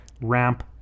ramp